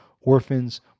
orphans